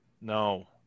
No